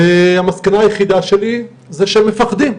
המסקנה היחידה שלי זה שהם מפחדים,